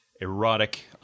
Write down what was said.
Erotic